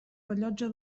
rellotge